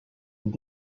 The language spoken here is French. avec